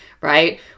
right